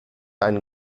einen